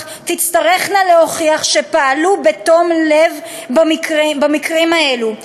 תצטרכנה להוכיח שפעלו בתום לב במקרים האלה.